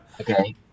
Okay